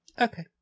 Okay